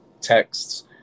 texts